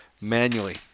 manually